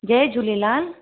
Jay Jhulelal